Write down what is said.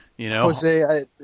Jose